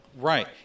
Right